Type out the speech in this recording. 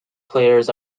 players